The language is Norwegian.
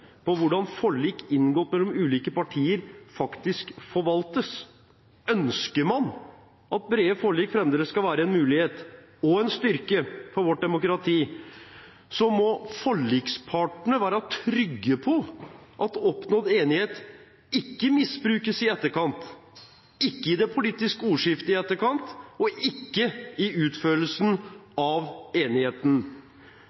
på hvordan forlik inngått mellom ulike partier faktisk forvaltes. Ønsker man at brede forlik fremdeles skal være en mulighet og en styrke for vårt demokrati, må forlikspartene være trygge på at oppnådd enighet ikke misbrukes i etterkant – ikke i det politiske ordskiftet og ikke i